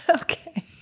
Okay